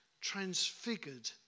transfigured